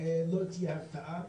לא תהיה הרתעה,